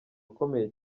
akomeye